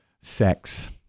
sex